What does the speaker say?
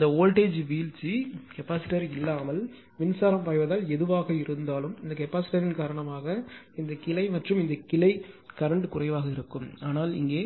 அந்த வோல்டேஜ் வீழ்ச்சி கெபாசிட்டர் இல்லாமல் மின்சாரம் பாய்வதால் எதுவாக இருந்தாலும் இந்த கெபாசிட்டர் யின் காரணமாக இந்த கிளை மற்றும் இந்த கிளை கரண்ட்குறைவாக இருக்கும் ஆனால் இங்கே